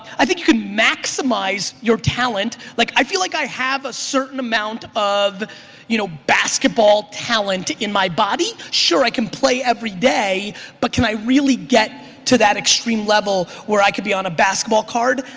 i think you can maximize your talent. like i feel like i have a certain amount of you know basketball talent in my body. sure, i can play every day but can i really get to that extreme level where i could be on a basketball card.